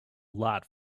lot